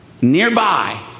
nearby